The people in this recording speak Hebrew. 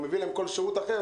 או מביא להם כל שירות אחר,